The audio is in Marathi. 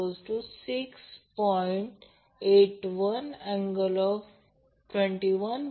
812 5 j 2 आहे म्हणून ती 695